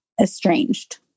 estranged